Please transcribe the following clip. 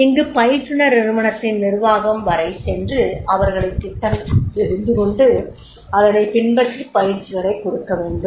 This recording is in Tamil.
இங்கு பயிற்றுனர் அந்நிறுவனத்தின் நிர்வாகம் வரை சென்று அவர்களின்திட்டங்களைத் தெரிந்து கொண்டு அதனைப் பின்பற்றிப் பயிற்சிகளைக் கொடுக்கவேண்டும்